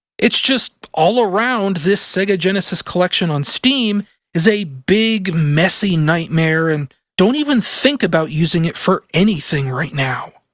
it's just, all around, this sega genesis collection on steam is a big, messy nightmare and don't even think about using it for anything right now.